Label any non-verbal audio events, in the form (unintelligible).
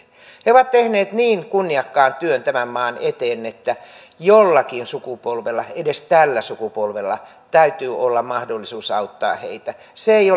he ovat tehneet niin kunniakkaan työn tämän maan eteen että jollakin sukupolvella edes tällä sukupolvella täytyy olla mahdollisuus auttaa heitä se ei (unintelligible)